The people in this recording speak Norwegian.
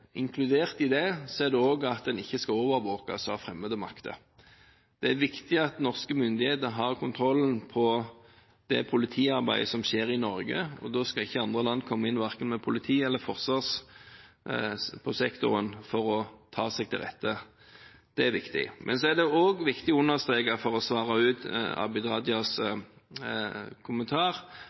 inkludert i dette er også at en ikke skal overvåkes av fremmede makter. Det er viktig at norske myndigheter har kontrollen på det politiarbeidet som skjer i Norge, og da skal ikke andre land komme inn med verken politi- eller forsvarssektoren og ta seg til rette. Det er viktig. Men det er også viktig å understreke – for å svare på Abid Rajas kommentar